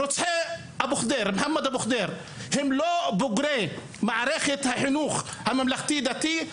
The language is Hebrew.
רוצחי מוחמד אבו ח'דיר הם לא בוגרי מערכת החינוך הממלכתי-דתי?